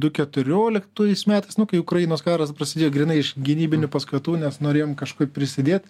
du keturioliktais metais nu kai ukrainos karas prasidėjo grynai iš gynybinių paskatų nes norėjom kažkaip prisidėt